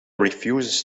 refuses